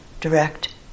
direct